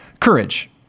courage